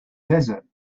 desert